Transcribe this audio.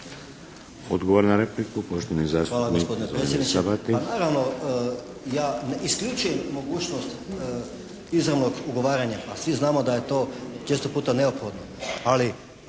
Odgovor na repliku, poštovani zastupnik Sabati.